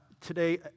today